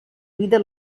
vida